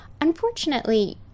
Unfortunately